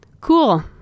Cool